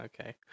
okay